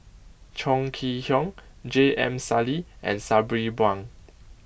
Chong Kee Hiong J M Sali and Sabri Buang